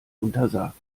untersagt